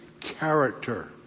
character